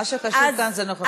מה שחשוב כאן זה נוכחות השר.